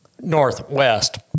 Northwest